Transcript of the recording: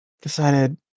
decided